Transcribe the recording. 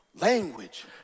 language